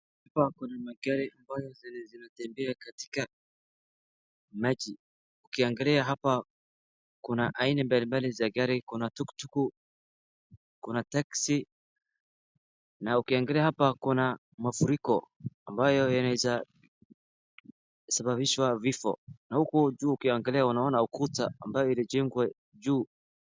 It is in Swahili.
Hapa kuna magari ambazo zinatembe kwenye maji. Ukiangalia hapa kuna aina mbalimbali za magari, kuna tuktuk kuna taxi na ukiangalia hapa kuna mafuriko ambayo yanaweza sababisha vifo. Na huku juu ukiangalia unaona ukuta ambao ulijengwa juu.